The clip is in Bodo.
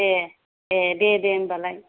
ए ए दे दे होनबालाय